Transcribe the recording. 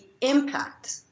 impact